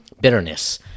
bitterness